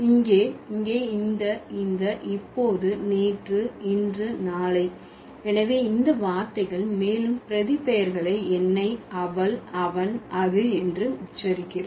இங்கே இங்கே இந்த இந்த இப்போது நேற்று இன்று நாளை எனவே இந்த வார்த்தைகள் மேலும் பிரதிபெயர்களை என்னை அவள் அவன் அது என்று உச்சரிக்கிறது